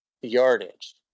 yardage